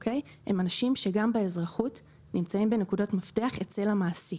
הם אנשים שגם באזרחות נמצאים בנקודות מפתח אצל המעסיק.